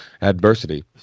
adversity